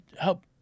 help